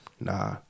nah